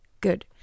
Good